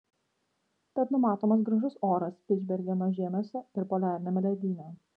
tad numatomas gražus oras špicbergeno žiemiuose ir poliariniame ledyne